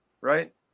Right